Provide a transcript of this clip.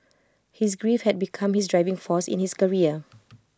his grief had become his driving force in his career